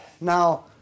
Now